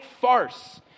farce